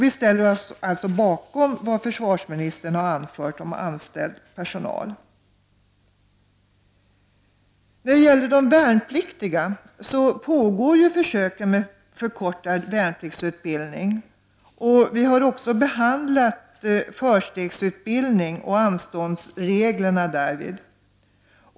Vi ställer oss bakom det som försvarsministern anfört om anställd personal. Det pågår försök med förkortad värnpliktsutbildning, och vi har också behandlat förstegsutbildningen och anståndsreglerna därvid.